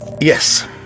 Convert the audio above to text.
Yes